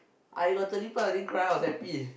I got thirty plus I didn't cry I was happy